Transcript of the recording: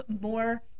more